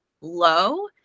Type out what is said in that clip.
low